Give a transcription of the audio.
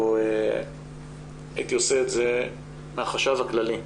או הייתי עושה את זה מהחשב הכללי.